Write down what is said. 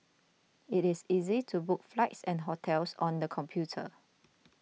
it is easy to book flights and hotels on the computer